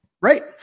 Right